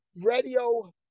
radio